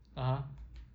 (uh huh)